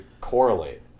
correlate